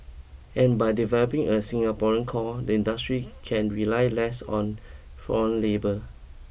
and by developing a Singaporean core the industry can rely less on foreign labour